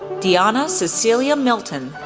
diana cecilia milton,